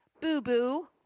boo-boo